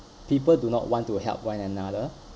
people do not want to help one another